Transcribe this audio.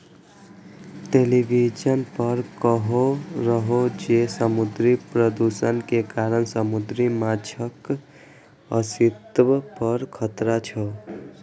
television पर कहै रहै जे समुद्री प्रदूषण के कारण समुद्री माछक अस्तित्व पर खतरा छै